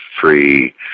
free